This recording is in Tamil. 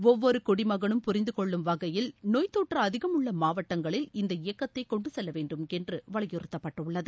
ஒவ்வொரு குடிமகனும் புரிந்து கொள்ளும் வகையில் நோய்த் தொற்று அதிகம் உள்ள மாவட்டங்களில் இந்த இயக்கத்தை கொண்டு செல்ல வேண்டும் என்று வலியுறுத்தப்பட்டுள்ளது